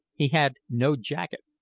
he had no jacket,